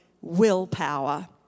willpower